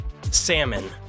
salmon